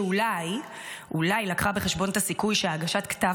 שאולי לקחה בחשבון את הסיכוי שהגשת כתב